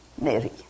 Mary